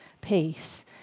peace